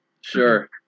Sure